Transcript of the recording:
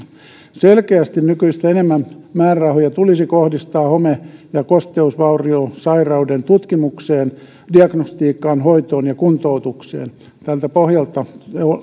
selkeästi nykyistä enemmän määrärahoja tulisi kohdistaa home ja kosteusvauriosairauden tutkimukseen diagnostiikkaan hoitoon ja kuntoutukseen tältä pohjalta